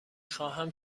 خواهم